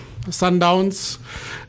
sundowns